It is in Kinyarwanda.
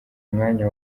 mwanya